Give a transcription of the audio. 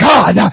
God